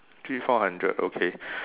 three four hundred okay